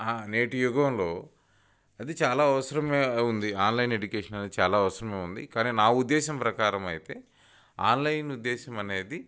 నేటి యుగంలో అది చాలా అవసరమే ఉంది ఆన్లైన్ ఎడ్యుకేషన్ అనేది చాలా అవసరమే ఉంది కానీ నా ఉద్దేశం ప్రకారం అయితే ఆన్లైన్ ఉద్దేశం అనేది